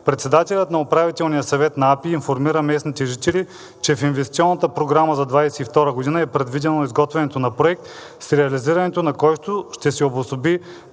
председателят на Управителния съвет на АПИ информира местните жители, че в инвестиционната програма за 2022 г. е предвидено изготвянето на проект, с реализирането на който ще се обособи